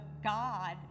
God